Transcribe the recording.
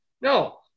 No